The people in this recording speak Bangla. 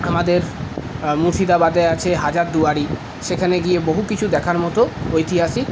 আমাদের মুর্শিদাবাদে আছে হাজারদুয়ারী সেখানে গিয়ে বহু কিছু দেখার মত ঐতিহাসিক